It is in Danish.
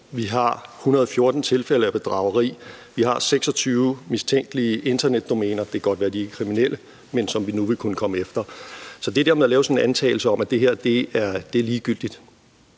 Vi har 114 tilfælde af bedrageri. Vi har 26 mistænkelige internetdomæner – det kan godt være, at de ikke er kriminelle, men det er nogle, som vi nu vil kunne komme efter. Så det der med at lave sådan en antagelse om, at det her er ligegyldigt,